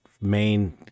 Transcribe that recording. main